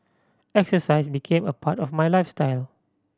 exercise became a part of my lifestyle